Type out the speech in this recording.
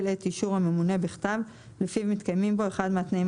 את אישור הממונה בכתב לפיו מתקיימים בו אחד מהתנאים